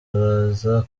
araza